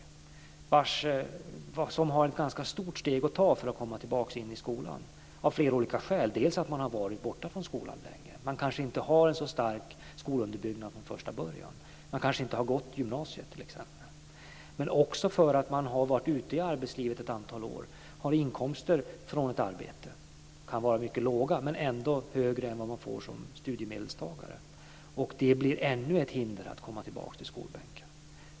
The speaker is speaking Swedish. Det är människor som har ett ganska stort steg att ta för att komma tillbaka in i skolan av flera olika skäl. De har varit borta från skolan länge och har kanske inte så stark skolunderbyggnad från första början. De kanske t.ex. inte har gått gymnasiet. Det är också människor som har varit ute i arbetslivet ett antal år och har inkomster från ett arbete. De kan vara mycket låga, men de är ändå högre än vad de får som studiemedelstagare. Det blir ännu ett hinder för att komma tillbaka till skolbänken.